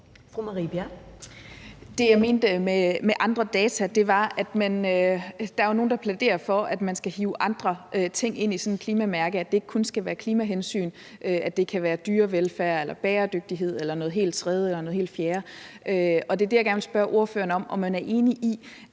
Det, jeg mente med andre data, handlede om, at der jo er nogle, der plæderer for, at man skal hive andre ting ind i sådan en klimamærkning, og at det ikke kun skal være klimahensyn. Det kan være dyrevelfærd eller bæredygtighed eller noget helt tredje eller fjerde. Og det, jeg gerne vil spørge ordføreren om, er, om han er enig i,